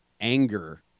anger